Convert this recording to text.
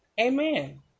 Amen